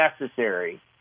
necessary